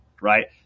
right